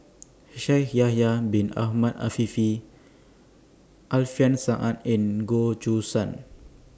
Shaikh Yahya Bin Ahmed Afifi Alfian Sa'at and Goh Choo San